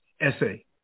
essay